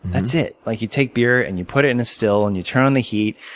that's it. like you take beer, and you put it and and still, and you turn on the heat,